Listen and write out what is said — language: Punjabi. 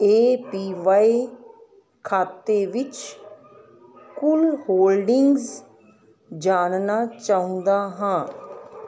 ਏ ਪੀ ਵਾਈ ਖਾਤੇ ਵਿੱਚ ਕੁੱਲ ਹੋਲਡਿੰਗਜ ਜਾਨਣਾ ਚਾਹੁੰਦਾ ਹਾਂ